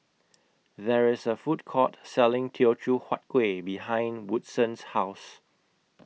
There IS A Food Court Selling Teochew Huat Kueh behind Woodson's House